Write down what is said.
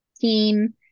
team